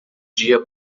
dia